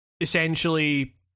essentially